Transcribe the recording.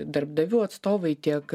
darbdavių atstovai tiek